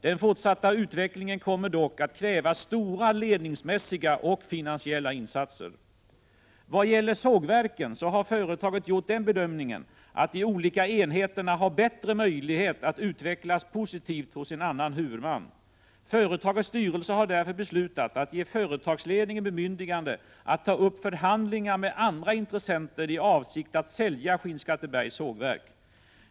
Den fortsatta utvecklingen kommer dock att kräva stora ledningsmässiga och finansiella insatser. Vad gäller sågverken har företaget gjort den bedömningen att de olika enheterna har bättre möjlighet att utvecklas positivt hos en annan huvudman. Företagets styrelse har därför beslutat att ge företagsledningen bemyndigande att ta upp förhandlingar med andra intressenter i avsikt att sälja Skinnskattebergs sågverk.